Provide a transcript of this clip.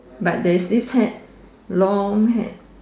but there's this pair long head